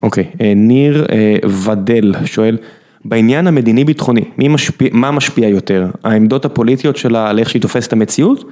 אוקיי, ניר ודל שואל, בעניין המדיני-ביטחוני, מי משפיע, מה משפיע יותר, העמדות הפוליטיות שלה על איך שהיא תופסת את המציאות?